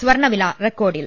സ്വർണ്ണ വില റെക്കോർഡിൽ